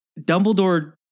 Dumbledore